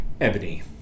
Ebony